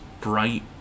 bright